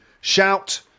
shout